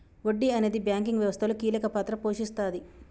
వడ్డీ అనేది బ్యాంకింగ్ వ్యవస్థలో కీలక పాత్ర పోషిస్తాది